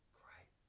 great